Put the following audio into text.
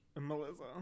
Melissa